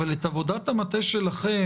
אבל את עבודת המטה שלכם,